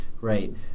right